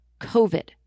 COVID